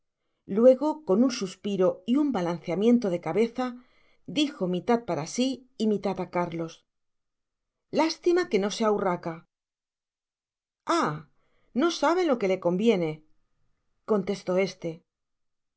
luego con un suspiro y un balanceamiento de cabeza dijo mitad para si y mitad á cárlos lastima que no sea hurraca ah no sabe lo que le conviene contestó este el